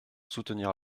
soutenir